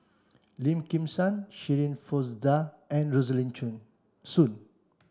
Lim Kim San Shirin Fozdar and Rosaline Soon